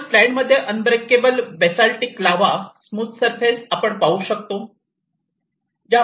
वर स्लाईड मध्ये unbroken basaltic lava smooth surface आपण पाहू शकतो